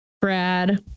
brad